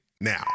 now